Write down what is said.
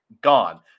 gone